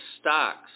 stocks